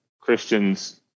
Christians